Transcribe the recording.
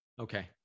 Okay